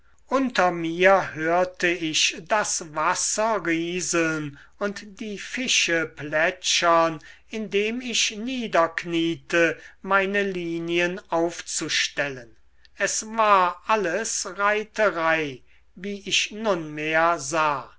unter mir hörte ich das wasser rieseln und die fische plätschern indem ich niederkniete meine linien aufzustellen es war alles reiterei wie ich nunmehr sah